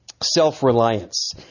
self-reliance